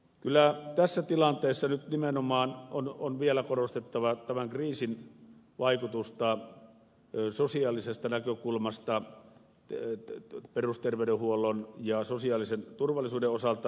kyllä tässä tilanteessa nyt nimenomaan on vielä korostettava tämän kriisin vaikutusta sosiaalisesta näkökulmasta perusterveydenhuollon ja sosiaalisen turvallisuuden osalta